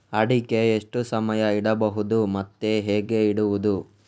ಅಡಿಕೆ ಎಷ್ಟು ಸಮಯ ಇಡಬಹುದು ಮತ್ತೆ ಹೇಗೆ ಇಡುವುದು?